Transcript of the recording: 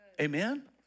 Amen